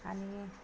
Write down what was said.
आनि